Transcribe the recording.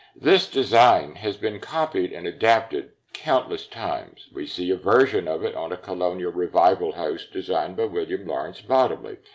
this design has been copied and adapted countless times. we see a version of it on a colonial revival house designed by william lawrence bottomley,